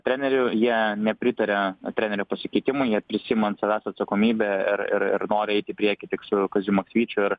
treneriu jie nepritaria trenerio pasikeitimui jie prisiima ant savęs atsakomybę ir ir nori eiti į priekį tik su kaziu maksvyčiu ir